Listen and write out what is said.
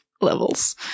levels